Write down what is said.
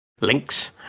links